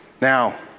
Now